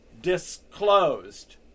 disclosed